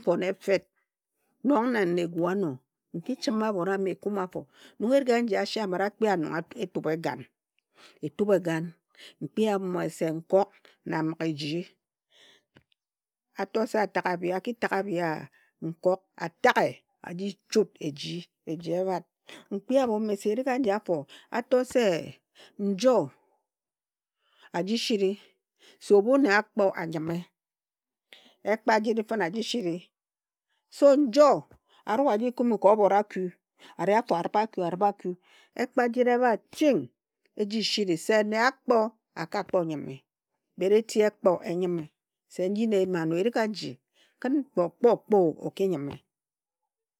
Fon efet, nong na negu ano nki chime abhon a me ekume afo. Nong erig aji a she a mire a kpi ut nong etuba egan, etub egan. Nkpi abho me se, nkok na mmigeji, ato se ataghe abhi, a ki taghe abhia, nkok ataghe a ji ehut eji, eji ebhat. Nkpi abho me se erig aji afo a to se njo a ji shiri se ebhu nne akpo, anyinme. Ekpajiri fine a jishiri so njo a rue a ji kume ka obhora ku. A ri afo aribha aku, a ribha aku, ekpajiri ebha ching e ji shiri se nne akpo a ka kponyime, but eti ekpo, e nyime. Se nji na eyimi a no erig aji khim kpe okpo okpo o oki nyime.